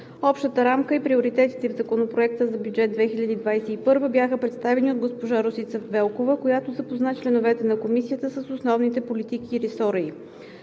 Общата рамка и приоритетите в Законопроекта на бюджет 2021 бяха представени от госпожа Росица Велкова, която запозна членовете на Комисията с основните политики в ресора.